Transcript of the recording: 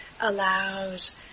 allows